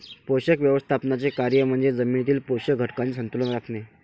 पोषक व्यवस्थापनाचे कार्य म्हणजे जमिनीतील पोषक घटकांचे संतुलन राखणे